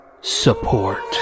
support